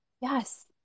Yes